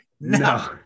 No